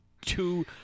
Two